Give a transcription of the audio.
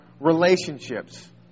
relationships